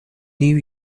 new